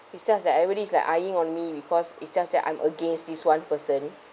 it's just that everybody is like eyeing on me because it's just that I'm against this one person